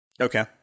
Okay